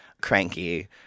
cranky